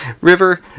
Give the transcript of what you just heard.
River